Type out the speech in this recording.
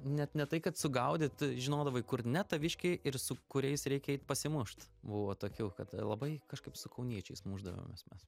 net ne tai kad sugaudyt žinodavai kur ne taviškiai ir su kuriais reikia eit pasimušt buvo tokių kad labai kažkaip su kauniečiais mušdavomės mes